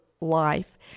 life